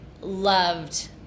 loved